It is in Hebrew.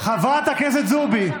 חברת הכנסת זועבי,